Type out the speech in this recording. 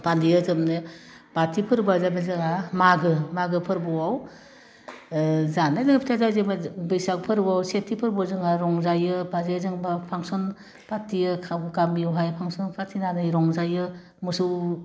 फालियो जोंनि बाथि फोरबोया जाबाय जोंना मागो मागो फोरबोयाव ओह जानाय लोंनाय जाय जाय बैसाग फोरबोयाव सेथि फोरबोयाव जोंहा रंजायो बाजायो जेनैबा पांसन फाथियो खाव गामियावहाय पांसन फाथिनानै रंजायो मोसौ